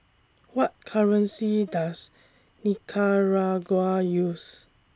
What currency Does Nicaragua use